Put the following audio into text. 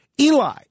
Eli